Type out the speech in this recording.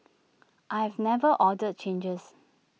I have never ordered changes